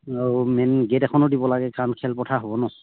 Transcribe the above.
আৰু main gate এখনো দিব লাগে কাৰণ খেলপথাৰ হ'ব নহ্